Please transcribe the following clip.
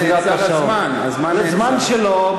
זה זמן שלו.